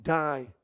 die